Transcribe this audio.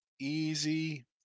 Easy